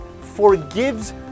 forgives